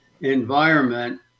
environment